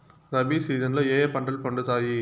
rabi season లో ఏ ఏ పంటలు పండుతాయి